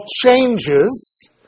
changes